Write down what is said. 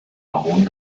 algun